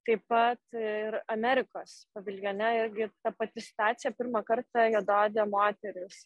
taip pat ir amerikos paviljone irgi ta pati situacija pirmą kartą juodaodė moteris